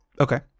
Okay